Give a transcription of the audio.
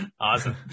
awesome